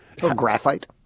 graphite